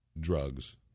drugs